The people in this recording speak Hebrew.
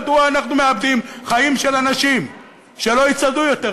מדוע אנחנו מאבדים חיים של אנשים שלא יצעדו יותר